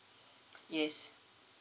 yes